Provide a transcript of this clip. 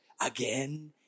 again